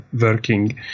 working